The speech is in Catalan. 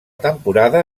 temporada